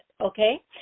okay